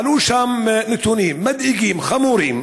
ועלו שם נתונים מדאיגים, חמורים: